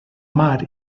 mar